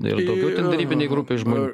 ir daugiau ten derybinėj grupėj žmonių